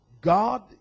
God